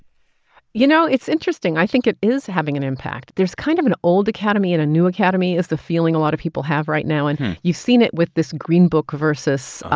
you know, it's interesting. i think it is having an impact. there's kind of an old academy and a new academy, is the feeling a lot of people have right now. and you've seen it with this green book versus. oh,